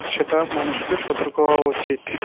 সেটা মানুষকে সতর্ক হওয়া উচিত